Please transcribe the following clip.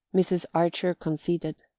mrs. archer conceded.